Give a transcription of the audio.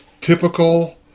typical